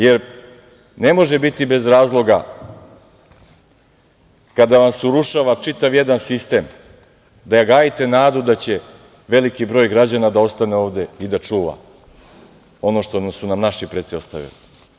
Jer, ne može biti bez razloga kada vam se urušava čitav jedan sistem, da gajite nadu da će veliki broj građana da ostane ovde i da čuva ono što su nam naši preci ostavili.